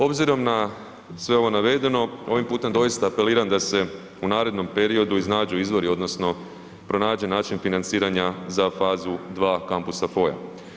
Obzirom na sve ovo navedeno, ovim putem doista apeliram da se u narednom periodu iznađu izvori odnosno pronađu način financiranja za fazu 2. kampusa FOI-a.